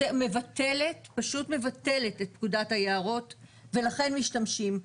ופשוט מבטלת את פקודת היערות ולכן משתמשים.